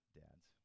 dads